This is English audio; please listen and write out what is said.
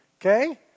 Okay